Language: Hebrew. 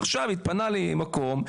עכשיו התפנה לי מקום,